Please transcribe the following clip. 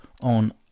on